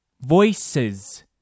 Voices